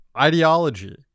ideology